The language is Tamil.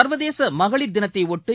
சர்வதேச மகளிர் தினத்தையொட்டி